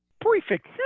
Perfect